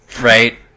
right